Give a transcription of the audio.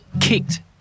kicked